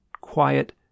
quiet